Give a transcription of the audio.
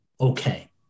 okay